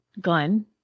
Glenn